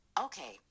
Okay